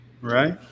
right